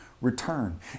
return